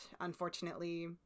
unfortunately